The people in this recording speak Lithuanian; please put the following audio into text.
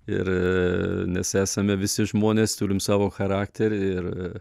ir nes esame visi žmonės turim savo charakterį ir